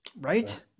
right